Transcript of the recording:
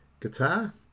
guitar